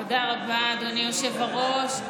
תודה רבה, אדוני היושב-ראש.